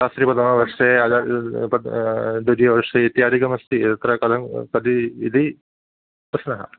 शास्त्रीप्रथमवर्षे आचार्य पत् द्वितीयवर्षे इत्यादिकमस्ति यत्र कलं कति इति प्रश्नः